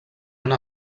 una